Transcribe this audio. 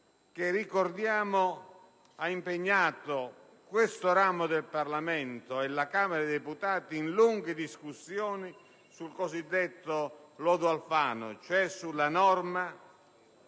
lo ricordo - ha impegnato questo ramo del Parlamento e la Camera dei deputati in lunghe discussioni sul cosiddetto lodo Alfano, cioè la normativa